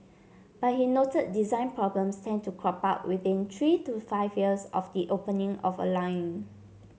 but he noted design problems tend to crop up within three to five years of the opening of a line